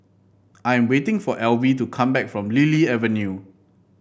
I'm waiting for Alby to come back from Lily Avenue